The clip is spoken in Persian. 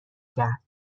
کرد